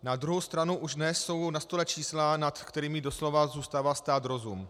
Na druhou stranu už dnes jsou na stole čísla, nad kterými doslova zůstává stát rozum.